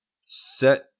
set